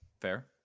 Fair